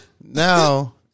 Now